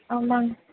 ஆமாம்ங்க